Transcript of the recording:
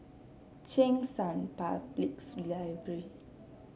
Cheng San Public Library